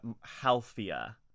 healthier